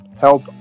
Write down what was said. help